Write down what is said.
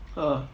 ah